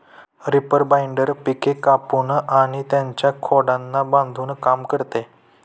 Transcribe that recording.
reaper binder पिके कापून आणि त्यांच्या खोडांना बांधून काम करते